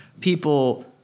people